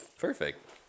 perfect